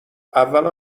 اول